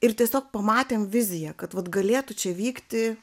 ir tiesiog pamatėm viziją kad vat galėtų čia vykti